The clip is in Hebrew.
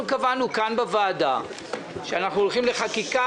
אנחנו קבענו כאן בוועדה שאנחנו הולכים לחקיקה,